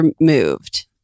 removed